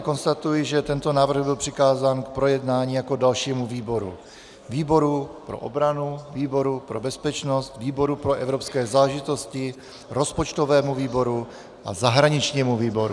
Konstatuji, že tento návrh byl přikázán k projednání jako dalšímu výboru výboru pro obranu, výboru pro bezpečnost, výboru pro evropské záležitosti, rozpočtovému výboru a zahraničnímu výboru.